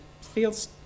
feels